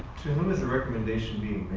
to whom is the recommendation being